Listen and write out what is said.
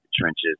trenches